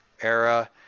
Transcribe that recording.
era